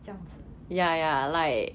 这样子